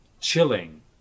chilling